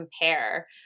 compare